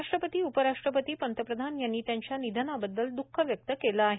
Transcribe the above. राष्ट्रपती उपराष्ट्रपती पंतप्रधान यांनी त्यांच्या निधनाबद्दल द्ख व्यक्त केलं आहे